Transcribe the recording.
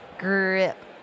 Grip